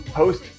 host